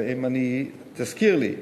ותזכיר לי.